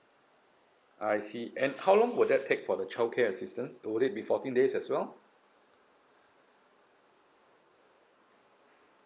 I see and how long will that take for the childcare assistance would it be fourteen days as well